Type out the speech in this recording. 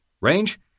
Range